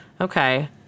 Okay